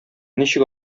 ничек